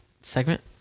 segment